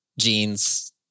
jeans